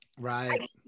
Right